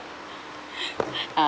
uh